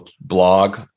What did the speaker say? blog